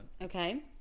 Okay